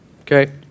okay